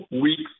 weeks